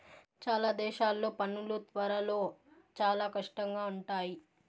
చాలా దేశాల్లో పనులు త్వరలో చాలా కష్టంగా ఉంటాయి